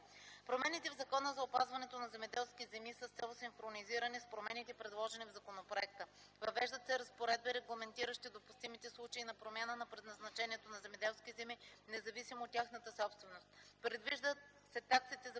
Промените в Закона за опазването на земеделските земи са с цел синхронизиране с промените, предложени в законопроекта. Въвеждат се разпоредби, регламентиращи допустимите случаи на промяна на предназначението на земеделски земи, независимо от тяхната собственост.